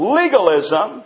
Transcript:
legalism